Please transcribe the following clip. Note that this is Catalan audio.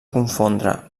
confondre